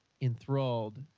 Enthralled